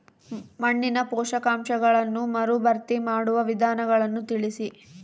ಮಣ್ಣಿನ ಪೋಷಕಾಂಶಗಳನ್ನು ಮರುಭರ್ತಿ ಮಾಡುವ ವಿಧಾನಗಳನ್ನು ತಿಳಿಸಿ?